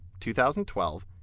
2012